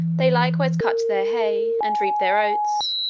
they likewise cut their hay, and reap their oats,